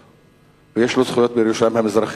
ויש לו זכויות בירושלים המזרחית,